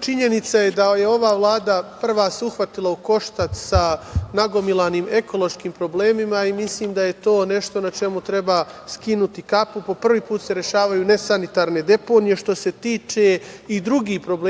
Činjenica je da se ova Vlada prva uhvatila u koštac sa nagomilanim ekološkim problemima i mislim da je to nešto na čemu treba skinuti kapu. Po prvi put se rešavaju nesanitarne deponije. Što se tiče i drugih problema,